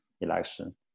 election